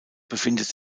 befindet